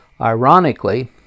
Ironically